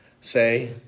say